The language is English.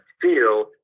feel